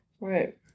Right